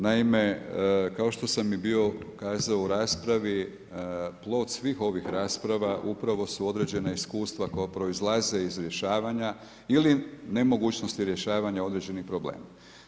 Naime, kao što sam i bio kazao u raspravi plod svih ovih rasprava upravo su određena iskustva koja proizlaze iz rješavanja ili nemogućnosti rješavanja određenih problema.